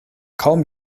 kaum